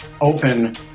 open